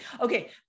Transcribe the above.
Okay